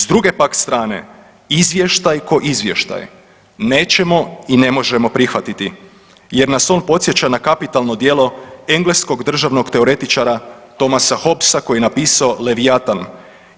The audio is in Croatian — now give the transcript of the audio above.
S druge pak strane, Izvještaj k'o izvještaj, nećemo i ne možemo prihvatiti jer nas on podsjeća na kapitalno djelo engleskog državnog teoretičara Thomasa Hobbesa koji je napisao Levijatan